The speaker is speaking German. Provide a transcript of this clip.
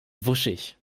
wuschig